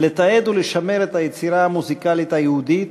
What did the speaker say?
לתעד ולשמר את היצירה המוזיקלית היהודית,